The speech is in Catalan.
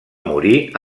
morir